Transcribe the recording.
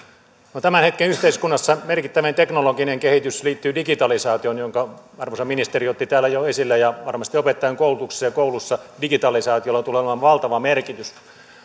tämän hetken yhteiskunnassa merkittävin teknologinen kehitys liittyy digitalisaatioon jonka arvoisa ministeri otti täällä jo esille ja varmasti opettajankoulutuksessa ja kouluissa digitalisaatiolla tulee olemaan valtava merkitys